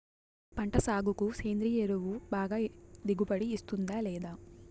పంట సాగుకు సేంద్రియ ఎరువు బాగా దిగుబడి ఇస్తుందా లేదా